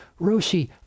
Roshi